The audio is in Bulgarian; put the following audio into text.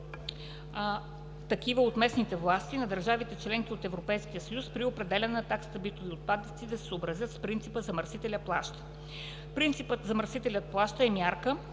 такива от местните власти на държавите – членки на Европейския съюз, при определяне на таксата за битови отпадъци да се съобразят с принципа ”замърсителят плаща”. Принципът „замърсителят плаща“ е мярка